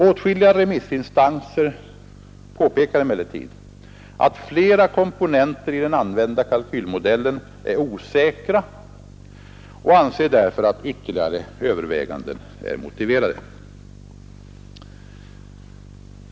Åtskilliga remissinstanser påpekar emellertid att flera komponenter i den använda kalkylmodellen är osäkra och anser därför att ytterligare överväganden är motiverade.